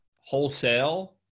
wholesale